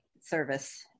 service